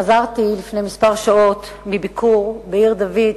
חזרתי לפני כמה שעות מביקור בעיר-דוד,